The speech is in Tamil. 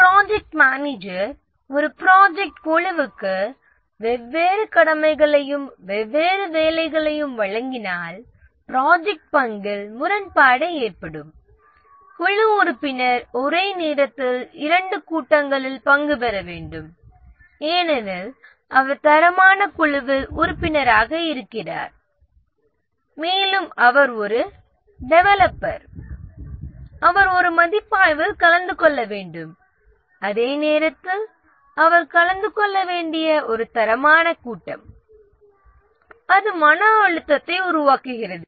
ப்ராஜெக்ட் மேனேஜர் குழுவில் உள்ள உறுப்பினர்களுக்கு வெவ்வேறு கடமைகளையும் வெவ்வேறு வேலைகளையும் வழங்கினால் ப்ராஜெக்ட் பங்கில் முரண்பாடு ஏற்படும் குழு உறுப்பினர் ஒரே நேரத்தில் இரண்டு கூட்டங்களில் பங்குபெற வேண்டும் ஏனெனில் அவர் குவாலிட்டி டீமில் உறுப்பினராக இருக்கிறார் மேலும் அவர் ஒரு டெவலப்பர் அவர் ஒரு மதிப்பாய்வில் கலந்து கொள்ள வேண்டும் அதே நேரத்தில் அவர் கலந்து கொள்ள வேண்டிய ஒருகுவாலிட்டி மீட்டிங் இருந்தால் அது மன அழுத்தத்தை உருவாக்குகிறது